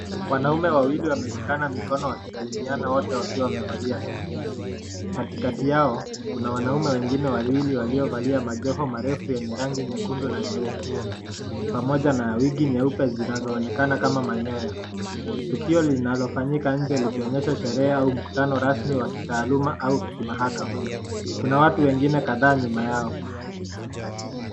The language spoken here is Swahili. Wanaume wawili wameshikana mikono wakisalimiana wote wakiwa wamevalia suti. Katikati yao kuna wanaume wengine wawili waliovalia majoho marefu yenye rangi nyekundu na nyeupe, pamoja na ya wigi nyeupe zinazoonekana kama manyoya. Tukio linalofanyika nje likionyesha sherehe au mkutano rasmi wa kitaaluma au kimahakama. Kuna watu wengine kadhaa nyuma yao.